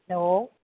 hello